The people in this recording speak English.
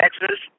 Texas